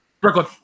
Brooklyn